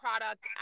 product